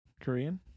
Korean